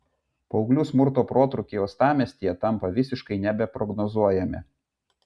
paauglių smurto protrūkiai uostamiestyje tampa visiškai nebeprognozuojami